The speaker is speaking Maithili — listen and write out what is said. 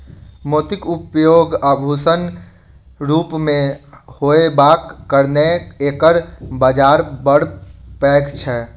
मोतीक उपयोग आभूषणक रूप मे होयबाक कारणेँ एकर बाजार बड़ पैघ छै